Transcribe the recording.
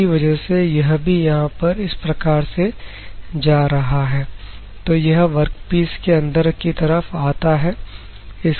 उसी वजह से यह भी यहां पर इस प्रकार से जा रहा है तो यह वर्कपीस के अंदर की तरफ आता है